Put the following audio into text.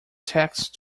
text